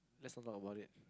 let's not talk about it